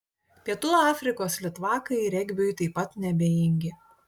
pietų afrikos litvakai regbiui taip pat neabejingi